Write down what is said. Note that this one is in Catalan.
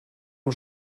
amb